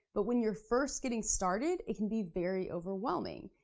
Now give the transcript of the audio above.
but when you're first getting started, it can be very overwhelming.